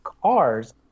cars